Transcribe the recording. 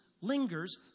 lingers